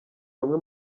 bamwe